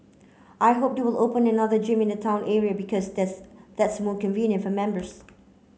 I hope they'll open another gym in the town area because that's that's more convenient for members